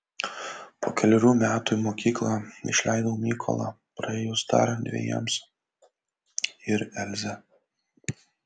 po kelerių metų į mokyklą išleidau mykolą praėjus dar dvejiems ir elzę